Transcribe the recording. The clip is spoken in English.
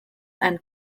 and